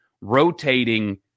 rotating